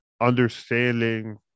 understanding